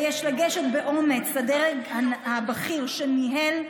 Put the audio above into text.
ויש לגשת באומץ לדרג הבכיר שניהל,